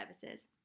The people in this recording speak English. services